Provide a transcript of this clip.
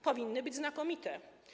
Powinny być znakomite.